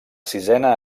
sisena